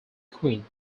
queen